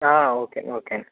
okay అండి okay అండి